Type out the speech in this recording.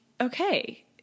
okay